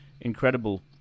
incredible